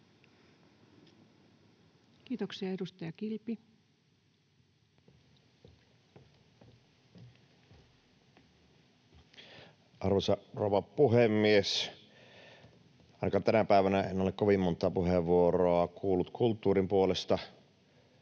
Time: 21:37 Content: Arvoisa rouva puhemies! Ainakaan tänä päivänä en ole kovin montaa puheenvuoroa kuullut kulttuurin puolesta.